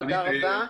תודה רבה.